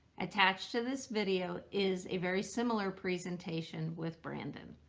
attached to this video is a very similar presentation with brandon.